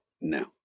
no